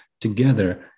together